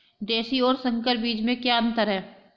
देशी और संकर बीज में क्या अंतर है?